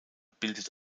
bildet